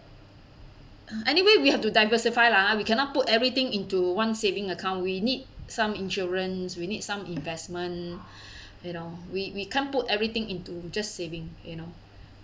uh anyway we have to diversify lah ah we cannot put everything into one saving account we need some insurance we need some investment you know we we can't put everything into just saving you know